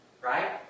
Right